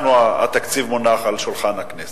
התקציב מונח על שולחן הכנסת,